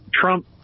Trump